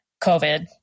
COVID